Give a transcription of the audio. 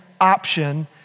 option